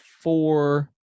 four